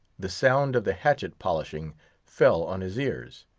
the sound of the hatchet-polishing fell on his ears.